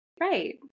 Right